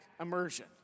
immersion